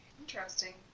Interesting